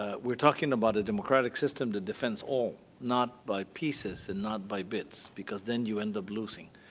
ah we're talking about a democratic system that defends all. not by pieces and not by bits, because then you end up losing.